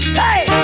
hey